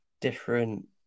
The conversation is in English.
different